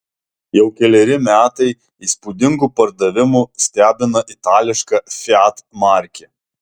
jau keleri metai įspūdingu pardavimu stebina itališka fiat markė